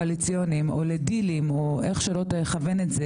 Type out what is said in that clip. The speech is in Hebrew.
קואליציוניים או דילים או איך שלא תכוון את זה,